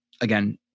again